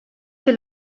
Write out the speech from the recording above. fait